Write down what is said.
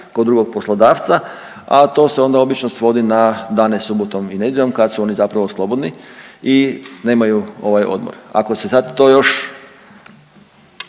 kod drugog poslodavca, a to se onda obično svodi na dane subotom i nedjeljom kad su oni zapravo slobodni i nemaju ovaj odmor. Ako se sad to još